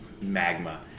magma